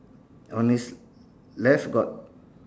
on his left got